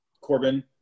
Corbin